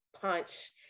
punch